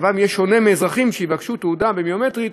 ומצבם יהיה שונה משל אזרחים שיבקשו תעודה ביומטרית